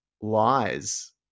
lies